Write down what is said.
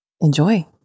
Enjoy